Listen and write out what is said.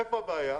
איפה הבעיה?